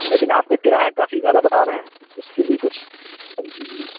لیکن آپ نے کرایہ کافی زیادہ بتا رہے ہیں اس کے لیے کچھ کم کیجیے